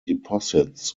deposits